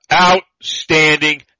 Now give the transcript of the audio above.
Outstanding